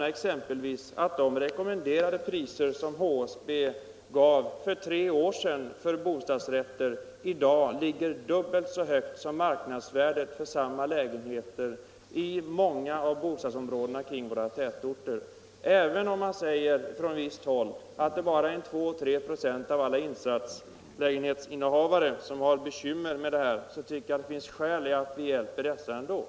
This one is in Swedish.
Jag kan exempelvis nämna att de rekommenderade priser som HSB angav för kanske tre år sedan för bostadsrätter i dag ligger dubbelt så högt som marknadsvärdet för samma lägenheter i många av bostadsområdena kring våra tätorter. Även om man från visst håll säger att det bara är 2 å 3 procent av alla insatslägenhetsinnehavare som har sådana bekymmer tycker jag ändå att det finns skäl att hjälpa dem.